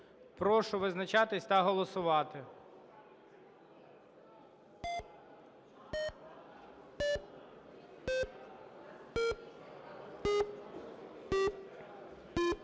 Прошу визначатись та голосувати.